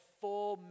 full